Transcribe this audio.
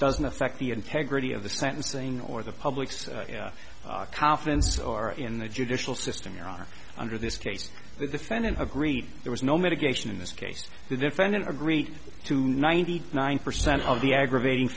doesn't affect the integrity of the sentencing or the public's confidence are in the judicial system you're on under this case the defendant agreed there was no medication in this case the defendant agreed to ninety nine percent of the aggravating